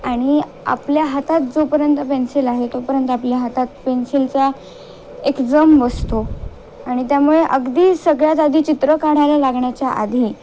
आणि आपल्या हातात जोपर्यंत पेन्सिल आहे तोपर्यंत आपल्या हातात पेन्सिलचा एक जम बसतो आणि त्यामुळे अगदी सगळ्यात आधी चित्र काढायला लागण्याच्या आधी